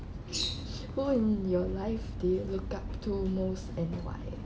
who in your life do you look up to most and why